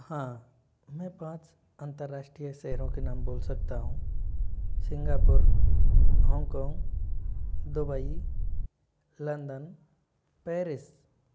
मैं पाँच अंतरराष्ट्रीय शहरों के नाम बोल सकता हूँ Singapore Hong Kong Dubai London Paris